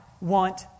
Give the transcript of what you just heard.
want